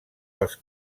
dels